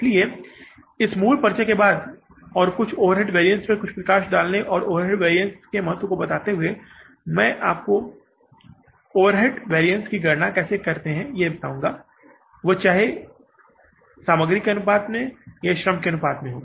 इसलिए इस मूल परिचय के बाद और कुछ लोग ओवरहेड वैरिएंट्स पर कुछ प्रकाश डालने और ओवरहेड वेरिएंस के महत्व को बताते हुए और आपको यह समझाते हैं कि हम ओवरहेड वैरिएंट्स की गणना कैसे करेंगे चाहे वे सामग्री के अनुपात में हों या श्रम के अनुपात में